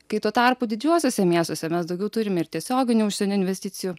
kai tuo tarpu didžiuosiuose miestuose mes daugiau turime ir tiesioginių užsienio investicijų